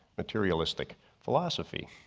materialistic philosophy.